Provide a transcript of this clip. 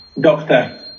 Doctor